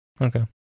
Okay